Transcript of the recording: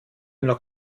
noch